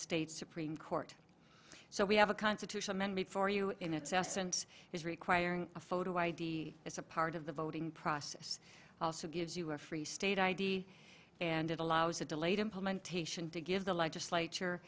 state supreme court so we have a constitution amendment for you in its essence is requiring a photo id as a part of the voting process also gives you a free state id and it allows a delayed implementation to give the legislature